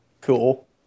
Cool